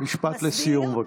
משפט אחרון,